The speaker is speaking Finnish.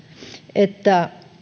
että